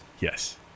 Yes